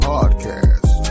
Podcast